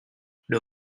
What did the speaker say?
được